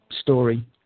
story